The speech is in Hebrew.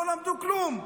לא למדו כלום.